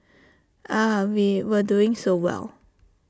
ah we were doing so well